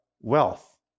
wealth